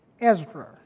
Ezra